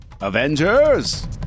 Avengers